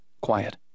Quiet